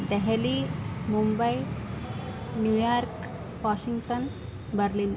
Delhi Mumbai New York Washington Berlin